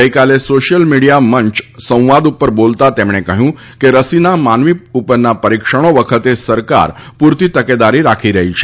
ગઈકાલે social media મંચ સંવાદ ઉપર બોલતા તેમણે કહ્યું કે રસીના માનવી ઉપરના પરીક્ષણો વખતે સરકાર પૂરતી તકેદારી રાખી રહી છે